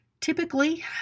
Typically